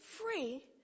free